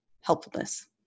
helpfulness